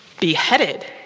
beheaded